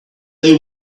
they